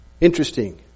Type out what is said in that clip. Interesting